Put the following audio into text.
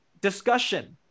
discussion